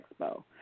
Expo